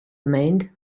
remained